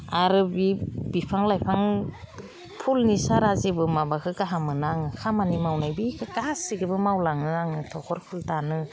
आरो बि बिफां लाइफां फुलनि सारा जेबो माबाखो गाहाम मोना आङो खामानि मावनाय बे गासैबो मावलाङो आरो आङो तगर फुल दानो